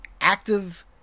active